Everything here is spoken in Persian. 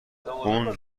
اون